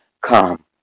Come